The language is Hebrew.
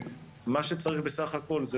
מה שצריך בסך הכל,